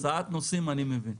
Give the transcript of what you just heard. הסעת נוסעים אני מבין.